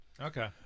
Okay